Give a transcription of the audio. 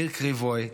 רוני קריבוי,